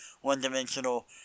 one-dimensional